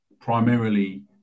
primarily